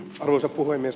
arvoisa puhemies